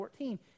14